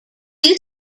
two